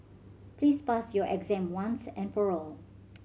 please pass your exam once and for all